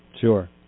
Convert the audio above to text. Sure